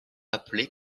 appelée